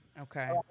Okay